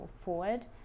forward